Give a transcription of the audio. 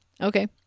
Okay